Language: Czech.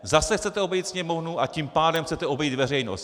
Zase chcete obejít Sněmovnu, a tím pádem chcete obejít veřejnost.